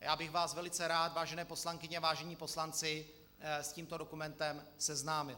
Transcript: A já bych vás velice rád, vážené poslankyně, vážení poslanci, s tímto dokumentem seznámil.